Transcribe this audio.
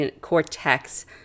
cortex